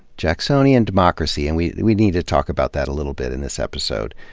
jacksonian democracy, and we we need to talk about that a little bit in this episode.